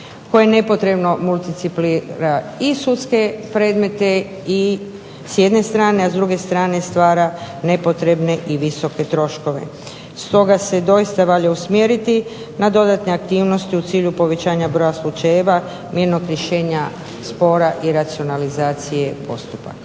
koje nepotrebno multiplicira i sudske predmete s jedne strane, a s druge strane stvara nepotrebne i visoke troškove. Stoga se doista valja usmjeriti na dodatne aktivnosti u cilju povećanja broja slučajeva mirnog rješenja spora i racionalizacije postupaka.